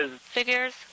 figures